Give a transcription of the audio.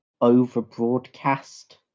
over-broadcast